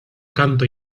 canto